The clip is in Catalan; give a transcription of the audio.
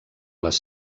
les